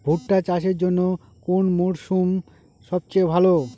ভুট্টা চাষের জন্যে কোন মরশুম সবচেয়ে ভালো?